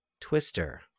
Twister